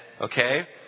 okay